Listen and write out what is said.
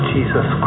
Jesus